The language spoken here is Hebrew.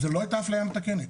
זה לא הייתה אפליה מתקנת.